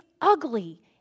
ugly